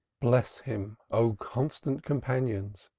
bless him, o constant companions,